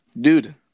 Dude